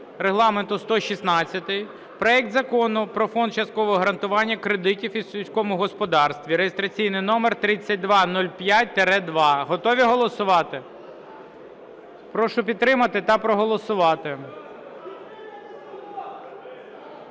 Регламенту 116, проект Закону про Фонд часткового гарантування кредитів у сільському господарстві (реєстраційний номер 3205-2). Готові голосувати? Прошу підтримати та проголосувати.